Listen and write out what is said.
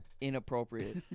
Inappropriate